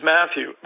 Matthew